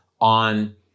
on